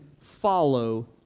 follow